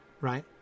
right